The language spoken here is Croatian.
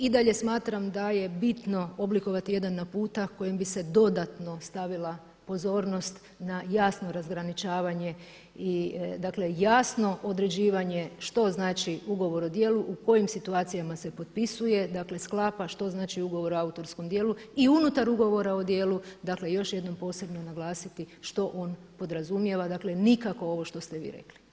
I dalje smatram da je bitno oblikovati jedan naputak kojim bi se dodatno stavila pozornost na jasno razgraničavanje i dakle jasno određivanje što znači ugovor o djelu u kojim situacijama se potpisuje, dakle sklapa, što znači ugovor o autorskom djelu i unutar ugovora o djelu, dakle još jednom posebno naglasiti što on podrazumijeva, dakle nikako ovo što ste vi rekli.